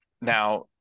Now